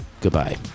Goodbye